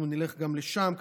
אנחנו נלך גם לשם,